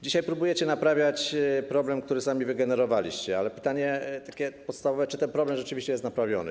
Dzisiaj próbujecie naprawiać problem, który sami wygenerowaliście, ale jest podstawowe pytanie: Czy ten problem rzeczywiście jest naprawiony?